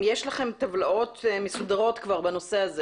יש לכם טבלאות מסודרות כבר בנושא הזה